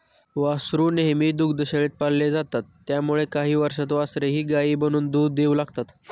वासरू नेहमी दुग्धशाळेत पाळले जातात त्यामुळे काही वर्षांत वासरेही गायी बनून दूध देऊ लागतात